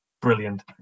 Brilliant